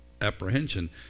apprehension